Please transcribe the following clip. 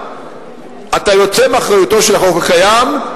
אתה יוצא מאחריותו של החוק הקיים,